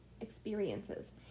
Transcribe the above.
experiences